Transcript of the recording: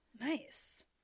Nice